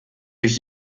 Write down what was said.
durch